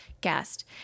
guest